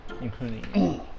Including